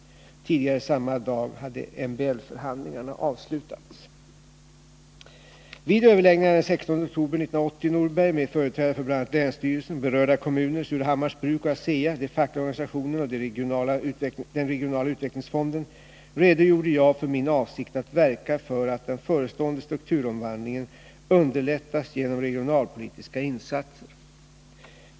Tidigare samma dag hade MBL-förhandlingarna avslutats. fackliga organisationerna och den regionala utvecklingsfonden redogjorde jag för min avsikt att verka för att den förestående strukturomvandlingen underlättas genom regionalpolitiska insatser.